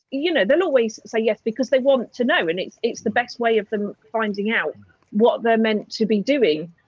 you know they'll always say yes because they want to know and its it's the best way of them finding out what their meant to be doing.